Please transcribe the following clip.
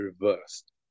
reversed